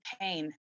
pain